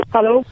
Hello